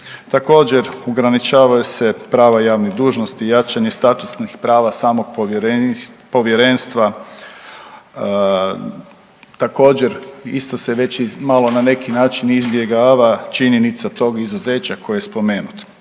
Također ograničavaju se prava javnih dužnosti, jačanje statusnih prava samog Povjerenstva. Također isto se već i malo na neki način izbjegava činjenica tog izuzeća koje je spomenuto.